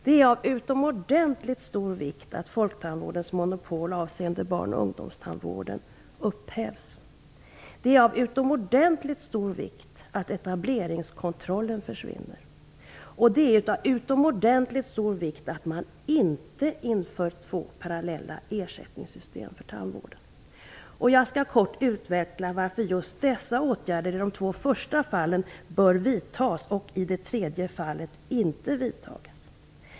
Det är av utomordentligt stor vikt att folktandvårdens monopol avseende barn och ungdomstandvården upphävs. Det är av utomordentligt stor vikt att etableringskontrollen försvinner. Det är av utomordentligt stor vikt att man inte inför två parallella ersättningssystem för tandvården. Jag skall kort utveckla varför jag tycker att just dessa åtgärder i de två första fallen bör vidtas och i det tredje inte bör vidtas.